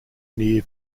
near